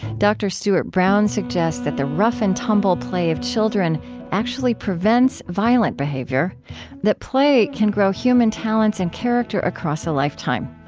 dr. stuart brown suggests that the rough-and-tumble play of children actually prevents violent behavior that play can grow human talents and character across a lifetime.